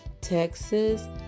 Texas